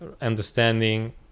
understanding